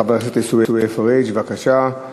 חבר הכנסת עיסאווי פריג', בבקשה.